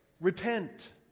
repent